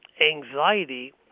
anxiety